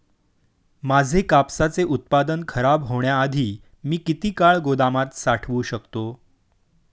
माझे कापसाचे उत्पादन खराब होण्याआधी मी किती काळ गोदामात साठवू शकतो?